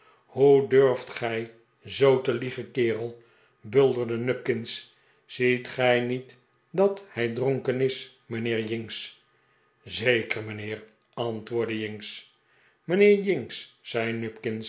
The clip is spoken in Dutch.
hoe durft gij zoo te lie gen kerel bulderde nupkins ziet gij niet dat hij dronken is mijnheer jinks zeker mijnheer antwoordde jinks mijnheer jinks zei